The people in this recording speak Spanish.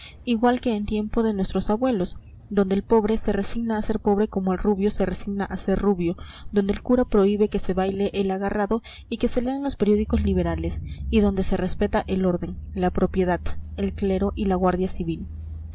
igual que en tiempo de nuestros abuelos donde el pobre se resigna a ser pobre como el rubio se resigna a ser rubio donde el cura prohíbe que se baile el agarrado y que se lean los periódicos liberales y donde se respeta el orden la propiedad el clero y la guardia civil